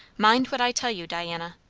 mind what i tell you, diana.